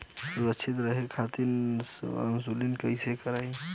सुरक्षित रहे खातीर इन्शुरन्स कईसे करायी?